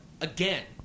again